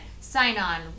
sign-on